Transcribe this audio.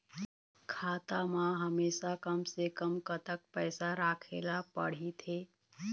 खाता मा हमेशा कम से कम कतक पैसा राखेला पड़ही थे?